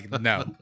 no